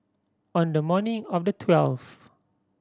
on the morning of the twelfth